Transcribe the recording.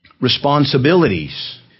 responsibilities